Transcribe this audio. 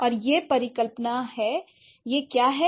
और यह परिकल्पना है यह क्या किया है